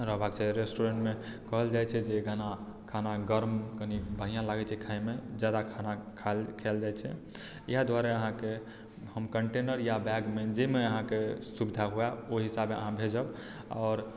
रहबाक चाही रेस्टुरेंटमे कहल जाइत छै जेना खाना गर्म कनिए बढ़िआँ लागैत छै खाइमे ज्यादा खाना खाएल जाइत छै इएह द्वारे हम अहाँके कंटेनर या बैगमे जाहिमे अहाँके सुविधा हुए ओहि हिसाबे अहाँ भेजब आओर